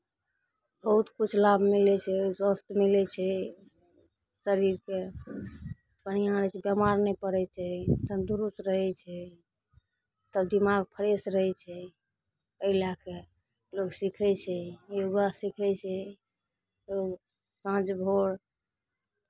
बहुत किछु लाभ मिलै छै स्वास्थ्य मिलै छै शरीरकेँ बढ़िआँ रहै छै बेमार नहि पड़ै छै तन्दुरस्त रहै छै तब दिमाग फरेस रहै छै एहि लए कऽ लोक सीखै छै योगा सीखै छै लोक साँझ भोर